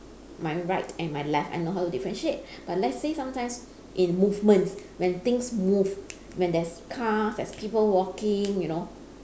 my right and my left I know how to differentiate but let's say sometimes in movements when things move when there's car there's people walking you know